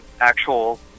actual